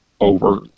over